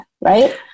right